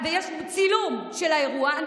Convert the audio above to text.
יש צילום של האירוע.